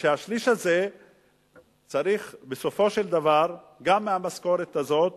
והשליש הזה צריך, בסופו של דבר, מהמשכורת הזאת